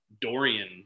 Dorian